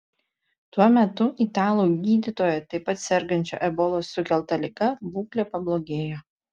tuo metu italų gydytojo taip pat sergančio ebolos sukelta liga būklė pablogėjo